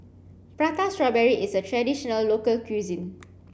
Prata strawberry is a traditional local cuisine